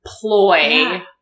ploy